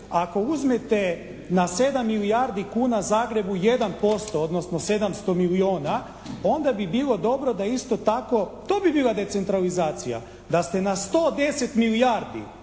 ako uzmete na 7 milijardi kuna Zagrebu 1% odnosno 700 milijuna onda bi bilo dobro da isto tako, to bi bila decentralizacija, da ste na 110 milijardi